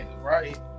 right